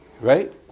Right